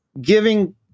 giving